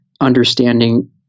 understanding